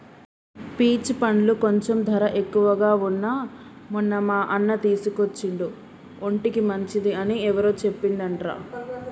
peach పండ్లు కొంచెం ధర ఎక్కువగా వున్నా మొన్న మా అన్న తీసుకొచ్చిండు ఒంటికి మంచిది అని ఎవరో చెప్పిండ్రంట